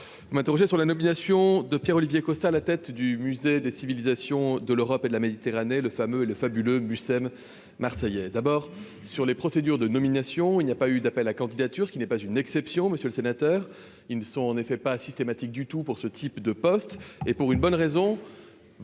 vous m'interrogez sur la nomination de Pierre-Olivier Costa à la tête du Musée des civilisations de l'Europe et de la Méditerranée, le fameux Le fabuleux Mucem marseillais d'abord sur les procédures de nomination, il n'y a pas eu d'appel à candidature, ce qui n'est pas une exception, monsieur le sénateur, ils ne sont en effet pas systématique du tout pour ce type de poste et pour une bonne raison,